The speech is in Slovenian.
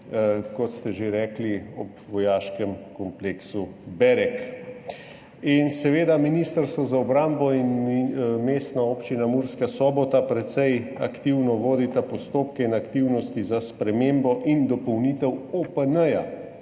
kot ste že rekli, ob vojaškem kompleksu Berek. Seveda, Ministrstvo za obrambo in Mestna občina Murska Sobota precej aktivno vodita postopke in aktivnosti za spremembo in dopolnitev OPN.